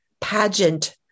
pageant